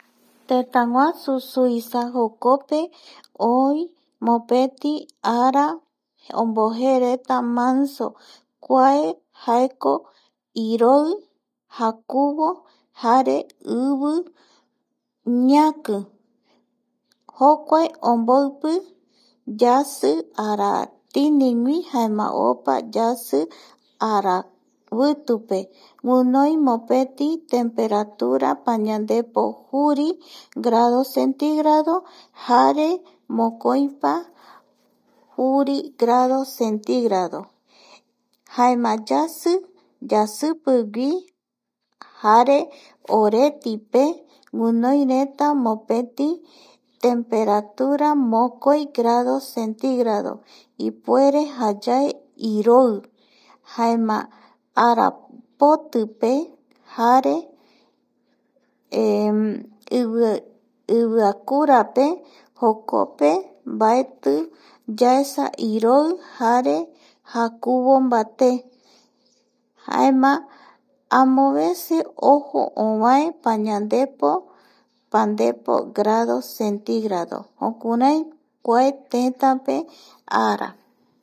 Tëtäguasu Zuisa jokope oi mopeti ara ombojeereta manso kua jaeko iroi, jakuvo jare ivi ñaki jokua omboipi yasi aratigui jaema opa yasi aravitupe guinoi mopeti temperatura pañandepo juri grado centígrado jare mokoipa juri grado centígrado, jaema yasi yasipigui jare oretipe guinoireta mopeti temperatura mokoi grado centígrado ipuere jayae iroi jaema arapotipe jare iviakurape jokope mbaeti yaesa iroi jare jakuvo mbaté jaema amovece ojo ovae pañandepo pandepo grado centígrado jokurai kua tëtäpe ara